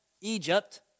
Egypt